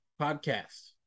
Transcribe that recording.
podcast